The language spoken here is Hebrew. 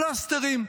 פלסטרים.